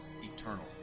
eternal